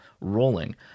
rolling